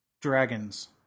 Dragons